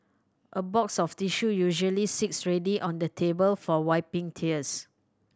a box of tissue usually sits ready on the table for wiping tears